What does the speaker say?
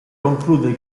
conclude